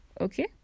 okay